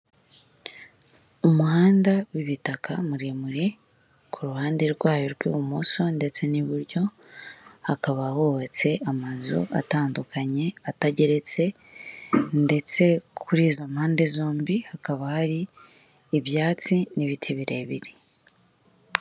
Umuhanda w'ibitaka muremure ku ruhande rwayo rw'ibumoso ndetse n'iburyo, hakaba hubatse amazu atandukanye atageretse ndetse kuri izo mpande zombi hakaba hari ibyatsi n'ibiti birebire.